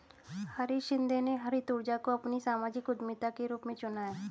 हरीश शिंदे ने हरित ऊर्जा को अपनी सामाजिक उद्यमिता के रूप में चुना है